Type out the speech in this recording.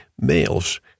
males